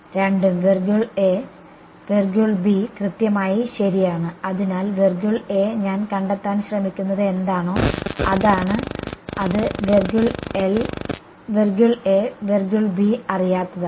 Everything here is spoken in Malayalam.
രണ്ടും കൃത്യമായി ശരിയാണ് അതിനാൽ ഞാൻ കണ്ടെത്താൻ ശ്രമിക്കുന്നത് എന്താണോ അതാണ് അത് അറിയാത്തതാണ്